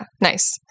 Nice